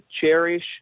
cherish